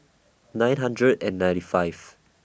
nine hundred and ninety five